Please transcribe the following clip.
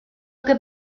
que